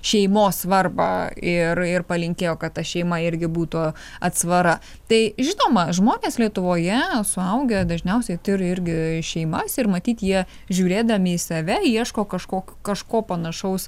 šeimos svarbą ir ir palinkėjo kad ta šeima irgi būtų atsvara tai žinoma žmonės lietuvoje suaugę dažniausiai tiuri irgi šeimas ir matyt jie žiūrėdami į save ieško kažko kažko panašaus